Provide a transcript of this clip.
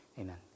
Amen